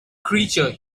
creature